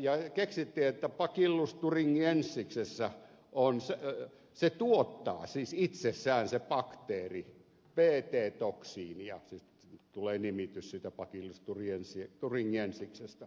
ja keksittiin että bacillus thuringiensis se bakteeri tuottaa itsessään bt toksiinia siis nimitys tulee siitä bacillus thuringiensista